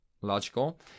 logical